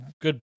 good